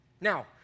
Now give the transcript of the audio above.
Now